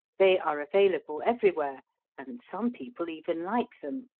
they are available everywhere and some people even like them.